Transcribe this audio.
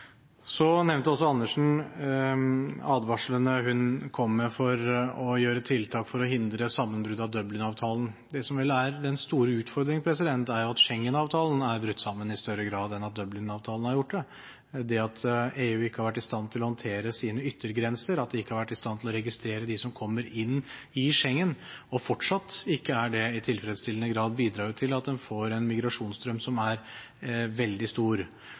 Så nevnte også Andersen advarslene hun kom med for å gjøre tiltak for å hindre sammenbrudd av Dublin-avtalen. Det som vel er den store utfordringen, er at Schengen-avtalen har brutt sammen i større grad enn at Dublin-avtalen har gjort det. Det at EU ikke har vært i stand til å håndtere sine yttergrenser, at de ikke har vært i stand til å registrere de som kommer inn i Schengen, og fortsatt ikke er det i tilfredsstillende grad, bidrar til at en får en migrasjonsstrøm som er veldig stor.